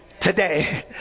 today